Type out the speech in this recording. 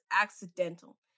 accidental